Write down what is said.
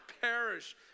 perish